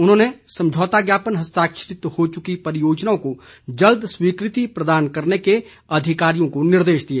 उन्होंने समझौता ज्ञापन हस्ताक्षरित हो चुकी परियोजनाओं को जल्द स्वीकृति प्रदान करने के अधिकारियों को निर्देश दिए